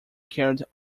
carried